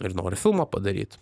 ir nori filmą padaryt